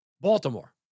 Baltimore